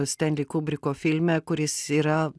stenli kubriko filme kuris yra